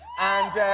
and